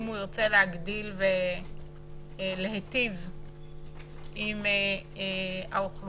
אם הוא ירצה להגדיל ולהיטיב עם האוכלוסייה